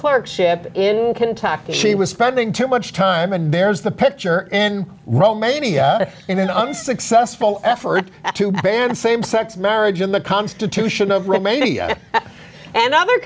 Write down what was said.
clerk ship in kentucky she was spending too much time and there's the picture in romania in an unsuccessful effort to ban same sex marriage in the constitution of romania and other